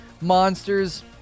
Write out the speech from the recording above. monsters